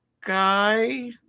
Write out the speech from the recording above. guy